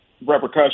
repercussions